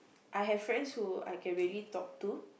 I have friends who I can really talk to